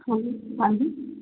ਹਾ ਹਾਂਜੀ